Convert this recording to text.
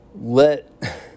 let